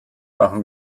machen